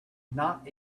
not